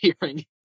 hearing